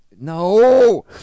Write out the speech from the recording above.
no